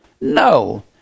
No